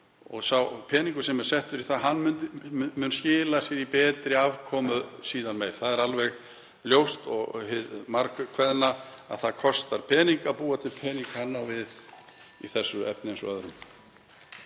sá peningur sem er settur í þær mun skila sér í betri afkomu síðar meir. Það er alveg ljóst hið margkveðna að það kostar pening að búa til pening. Það á við í þessu efni eins og öðru.